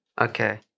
Okay